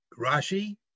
Rashi